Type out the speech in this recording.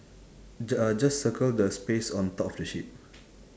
ju~ uh just circle the space on top of the sheep